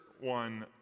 one